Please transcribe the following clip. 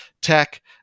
Tech